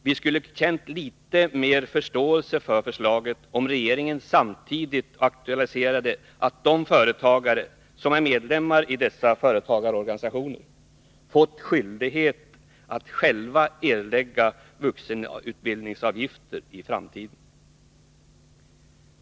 Vi skulle ha känt litet mer förståelse för förslaget om regeringen samtidigt aktualiserat att de företagare som är medlemmar i dessa företagarorganisationer fått skyldighet att själva erlägga vuxenutbildningsavgifter i framtiden.